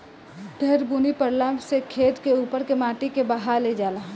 ढेर बुनी परला से खेत के उपर के माटी के बहा ले जाला